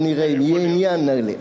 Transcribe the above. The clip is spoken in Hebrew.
אולי נעשה מכרז ונראה, אם יהיה עניין, נעלה.